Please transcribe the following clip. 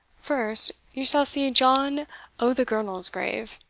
first, you shall see john o' the girnel's grave,